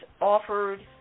offered